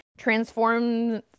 transforms